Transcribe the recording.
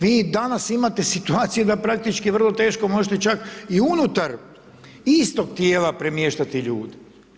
Vi danas imate situaciju da praktički vrlo teško možete čak i unutar istog tijela premještati ljude.